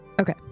Okay